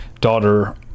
daughter